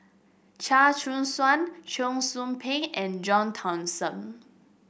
Chia Choo Suan Cheong Soo Pieng and John Thomson